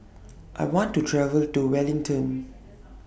I want to travel to Wellington